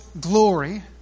glory